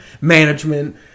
Management